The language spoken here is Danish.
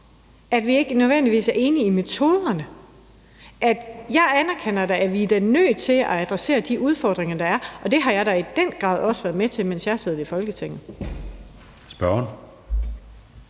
at vi ikke nødvendigvis er enige om metoderne. Jeg erkender da, at vi da er nødt til at adressere de udfordringer, der er, og det har jeg da i den grad også været med til, mens jeg har siddet i Folketinget.